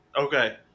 Okay